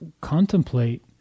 contemplate